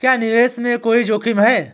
क्या निवेश में कोई जोखिम है?